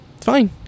Fine